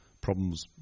problems